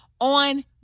on